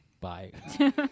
Bye